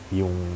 yung